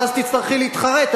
ואז תצטרכי להתחרט,